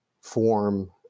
form